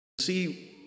see